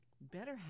better